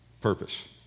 Purpose